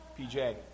PJ